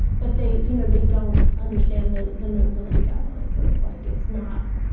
but they you know they don't understand the the notability guidelines, and it's like, it's not,